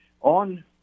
on